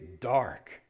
dark